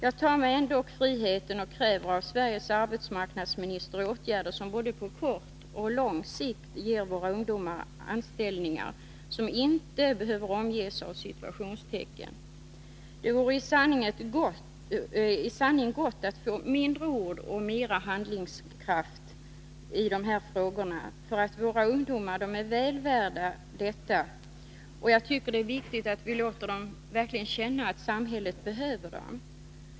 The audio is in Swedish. Jag tar mig ändå friheten att av Sveriges arbetsmarknadsminister kräva åtgärder som på både kort och lång sikt ger våra ungdomar anställningar, som inte behöver omges av citationstecken. Det vore i sanning gott att få mindre av ord och mer av handlingskraft i de här frågorna. Våra ungdomar är väl värda detta. Jag tycker att det är viktigt att vi verkligen låter dem känna att samhället behöver dem.